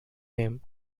him